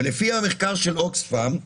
לפי המחקר של אוקספם,